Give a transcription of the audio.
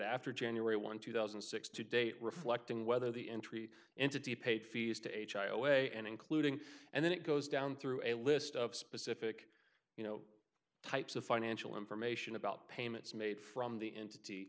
after january one two thousand and six to date reflecting whether the entry entity paid fees to a and including and then it goes down through a list of specific you know types of financial information about payments made from the entity